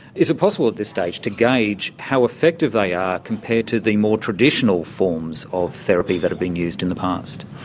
is it possible at this stage to gauge how effective they are compared to the more traditional forms of therapy that have been used in the past?